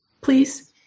please